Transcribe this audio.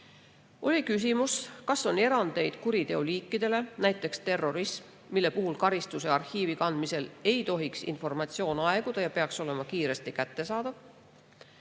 Oli küsimus, kas kuriteoliikide seas on erandeid, näiteks terrorism, mille puhul karistuse arhiivi kandmisel ei tohiks informatsioon aeguda ja peaks olema kiiresti kättesaadav.